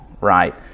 right